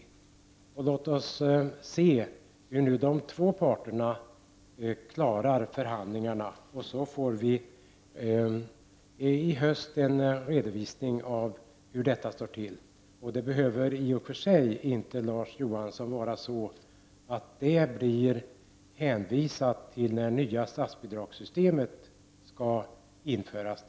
Låt oss se hur de två parterna klarar förhandlingarna! Vi får ju i höst en redovisning av hur det står till med detta. I och för sig behöver man inte, Larz Johansson, hänvisa till tidpunkten när det nya statsbidragssystemet skall införas.